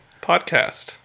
podcast